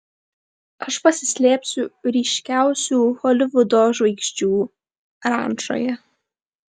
aš pasislėpsiu ryškiausių holivudo žvaigždžių rančoje